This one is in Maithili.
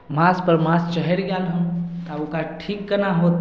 माँसपर माँस चढ़ि गेल हन तब ओकर ठीक केना होत